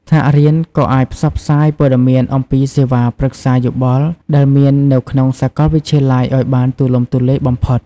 ថ្នាក់រៀនក៏អាចផ្សព្វផ្សាយព័ត៌មានអំពីសេវាប្រឹក្សាយោបល់ដែលមាននៅក្នុងសាកលវិទ្យាល័យឱ្យបានទូលំទូលាយបំផុត។